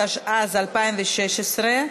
התשע"ז 2016,